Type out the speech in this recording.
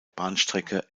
bahnstrecke